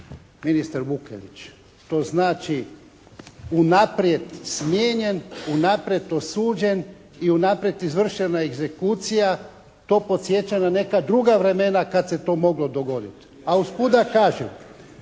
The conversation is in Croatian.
ministar Vukelić. To znači unaprijed smijenjen, unaprijed osuđen i unaprijed izvršena egzekucija, to podsjeća na neka druga vremena kada se to moglo dogoditi. A usput da kažem,